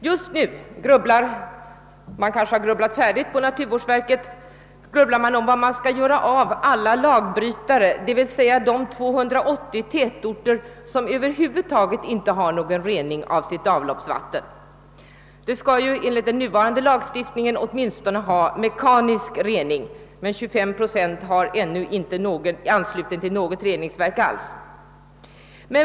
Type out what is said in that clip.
Just nu grubblar naturvårdsverket — man kanske har grubblat färdigt — över vad man skall göra med alla lagbrytare, d.v.s. de 280 tätorter som över huvud taget inte har någon rening av sitt avloppsvatten. De skall ju enligt den nuvarande lagstiftningen åtminstone ha mekanisk rening men 25 procent är ännu inte anslutna till något reningsverk alls.